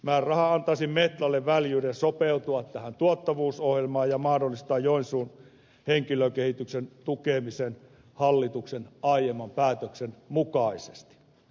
määräraha antaisi metlalle väljyyden sopeutua tähän tuottavuusohjelmaan ja mahdollistaa joensuun henkilökehityksen tukemisen hallituksen aiemman päätöksen mukaisesti